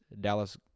Dallas